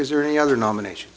is there any other nomination